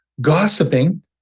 gossiping